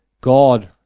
God